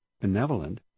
benevolent